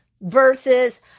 versus